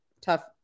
tough